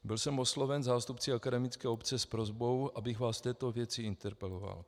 Byl jsem osloven zástupci akademické obce s prosbou, abych vás v této věci interpeloval.